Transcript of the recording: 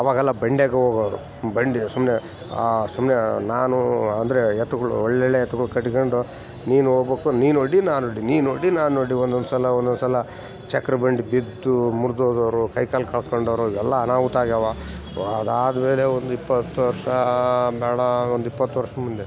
ಅವಾಗೆಲ್ಲ ಬಂಡಿಯಾಗ ಹೋಗೊರು ಬಂಡಿ ಸುಮ್ಮನೆ ಸುಮ್ಮನೆ ನಾನು ಅಂದರೆ ಎತ್ತುಗಳು ಒಳ್ಳೊಳ್ಳೆ ಎತ್ತುಗಳು ಕಟ್ಕೊಂಡು ನೀನು ಹೋಗ್ಬೋಕು ನೀನು ಹೊಡಿ ನಾನು ಹೊಡಿ ನೀನು ಹೊಡಿ ನಾನು ಹೊಡಿ ಒಂದೊಂದು ಸಲ ಒಂದೊಂದು ಸಲ ಚಕ್ರ ಬಂಡಿ ಬಿದ್ದು ಮುರಿದು ಹೋದೊರು ಕೈ ಕಾಲು ಕಳ್ಕೊಂಡೋರು ಎಲ್ಲ ಅನಾಹುತ ಆಗ್ಯಾವ ಅದಾದಮೇಲೆ ಒಂದು ಇಪ್ಪತ್ತು ವರ್ಷಾ ಬೇಡ ಒಂದು ಇಪ್ಪತ್ತು ವರ್ಷ ಮುಂದೆ